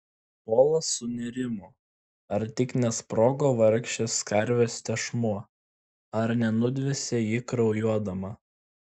polas sunerimo ar tik nesprogo vargšės karvės tešmuo ar nenudvėsė ji kraujuodama